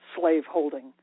slaveholding